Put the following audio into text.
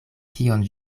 kion